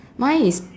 mine is